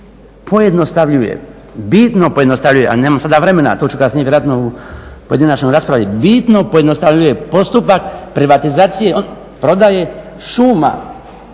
pojednostavljuje, bitno pojednostavljuje, ali nemam sada vremena, to ću kasnije vjerojatno u pojedinačnoj raspravi, bitno pojednostavljuje postupak privatizacije, prodaje šuma